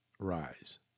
Rise